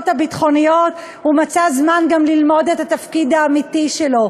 הביטחוניות הוא מצא זמן גם ללמוד את התפקיד האמיתי שלו.